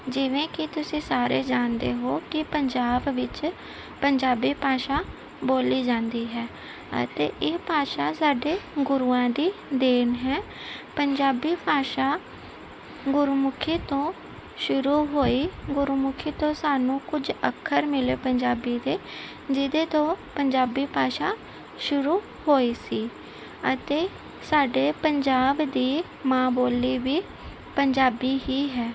ਜਿਵੇਂ ਕਿ ਤੁਸੀਂ ਸਾਰੇ ਜਾਣਦੇ ਹੋ ਕਿ ਪੰਜਾਬ ਵਿੱਚ ਪੰਜਾਬੀ ਭਾਸ਼ਾ ਬੋਲੀ ਜਾਂਦੀ ਹੈ ਅਤੇ ਇਹ ਭਾਸ਼ਾ ਸਾਡੇ ਗੁਰੂਆਂ ਦੀ ਦੇਣ ਹੈ ਪੰਜਾਬੀ ਭਾਸ਼ਾ ਗੁਰਮੁਖੀ ਤੋਂ ਸ਼ੁਰੂ ਹੋਈ ਗੁਰਮੁਖੀ ਤੋਂ ਸਾਨੂੰ ਕੁਝ ਅੱਖਰ ਮਿਲੇ ਪੰਜਾਬੀ ਦੇ ਜਿਹਦੇ ਤੋਂ ਪੰਜਾਬੀ ਭਾਸ਼ਾ ਸ਼ੁਰੂ ਹੋਈ ਸੀ ਅਤੇ ਸਾਡੇ ਪੰਜਾਬ ਦੀ ਮਾਂ ਬੋਲੀ ਵੀ ਪੰਜਾਬੀ ਹੀ ਹੈ